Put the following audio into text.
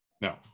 No